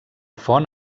font